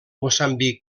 moçambic